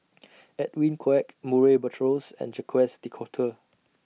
Edwin Koek Murray Buttrose and Jacques De Coutre